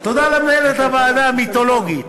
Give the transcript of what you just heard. תודה למנהלת הוועדה המיתולוגית.